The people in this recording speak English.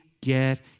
get